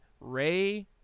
Ray